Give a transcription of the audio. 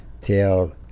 tell